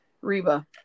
Reba